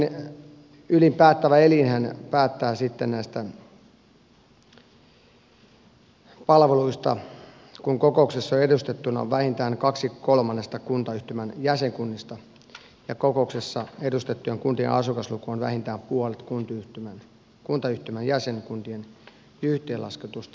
kunnan ylin päättävä elinhän päättää sitten näistä palveluista kun kokouksessa on edustettuna vähintään kaksi kolmannesta kuntayhtymän jäsenkunnista ja kokouksessa edustettuna olevien kuntien asukasluku on vähintään puolet kuntayhtymän jäsenkuntien yhteenlasketusta asukasluvusta